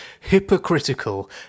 hypocritical